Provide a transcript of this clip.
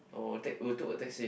oh you take oh you took a taxi